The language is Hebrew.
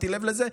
שמתי לב לזה,